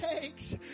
takes